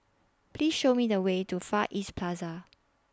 Please Show Me The Way to Far East Plaza